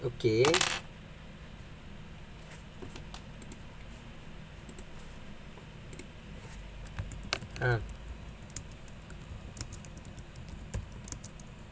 okay